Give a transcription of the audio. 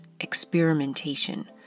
experimentation